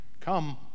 come